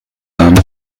haben